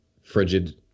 frigid